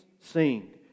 sing